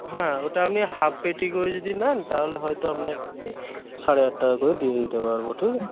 হ্যাঁ ওটা আপনি হাফ পেটি করে যদি নেন তাহলে হয়তো আপনাকে সাড়ে আট টাকা করে দিয়ে দিতে পারব ঠিক আছে